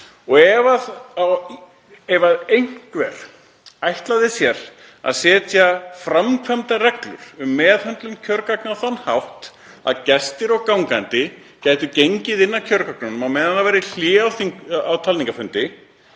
máli. Ef einhver ætlaði sér að setja framkvæmdarreglur um meðhöndlun kjörgagna á þann hátt að gestir og gangandi gætu gengið inn að kjörgögnunum á meðan það væri gert hlé á talningarfundi